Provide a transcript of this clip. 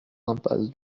impasse